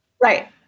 Right